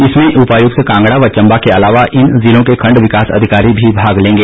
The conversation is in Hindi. इसमें उपायुक्त कांगड़ा व चंबा के अलावा इन जिलों के खंड विकास अधिकारी भी भाग लेंगे